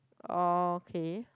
orh K